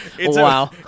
Wow